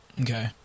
Okay